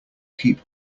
keep